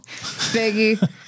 Biggie